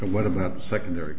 what about the secondary